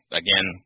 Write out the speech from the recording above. again